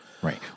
Right